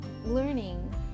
learning